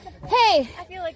Hey